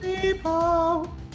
People